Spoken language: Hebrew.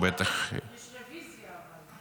יש רוויזיה, אבל.